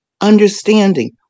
Understanding